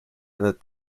and